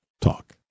talk